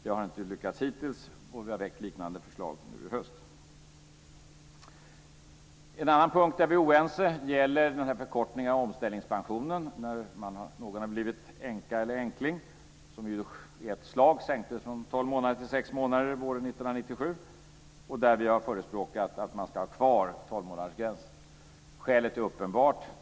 Det har inte lyckats hittills, och vi har väckt liknande förslag nu i höst. En annan punkt där vi är oense gäller förkortningen av omställningspensionen när någon har blivit änka eller änkling, som i ett slag sänktes från tolv till sex månader våren 1997. Där har vi förespråkat att man ska ha kvar tolvmånadersgränsen. Skälet är uppenbart.